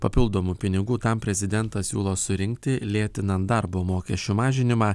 papildomų pinigų tam prezidentas siūlo surinkti lėtinant darbo mokesčių mažinimą